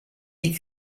les